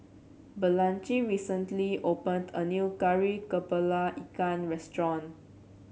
Blanchie recently opened a new Kari kepala Ikan restaurant